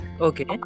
okay